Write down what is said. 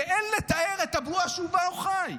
אין לתאר את הבועה שבה הוא חי.